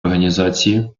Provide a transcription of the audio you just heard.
організації